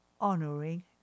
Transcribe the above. honoring